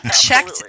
checked